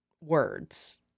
words